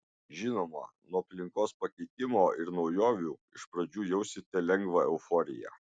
žinoma nuo aplinkos pakeitimo ir naujovių iš pradžių jausite lengvą euforiją